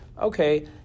okay